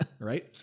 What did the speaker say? Right